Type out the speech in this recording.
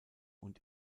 und